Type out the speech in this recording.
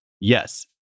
yes